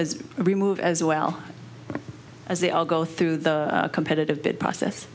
as we move as well as they all go through the competitive bid process